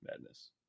madness